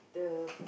the